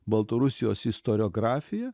baltarusijos istoriografija